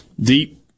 Deep